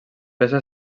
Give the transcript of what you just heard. peça